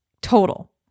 total